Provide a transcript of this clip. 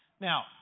Now